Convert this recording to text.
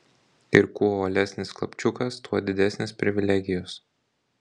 ir kuo uolesnis klapčiukas tuo didesnės privilegijos